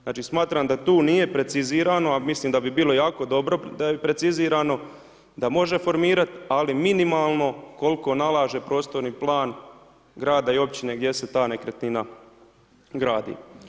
Znači smatram da tu nije precizirano, a mislim da bi bilo jako dobro da je precizirano da može formirat, ali minimalno koliko nalaže prostorni plan grada i općine gdje se ta nekretnina gradi.